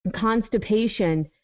constipation